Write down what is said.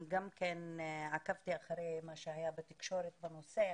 אני גם כן עקבתי אחרי מה שהיה בתקשורת בנושא,